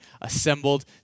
assembled